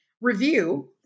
review